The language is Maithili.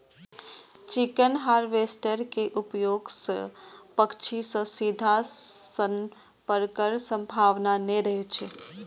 चिकन हार्वेस्टर के उपयोग सं पक्षी सं सीधा संपर्कक संभावना नै रहै छै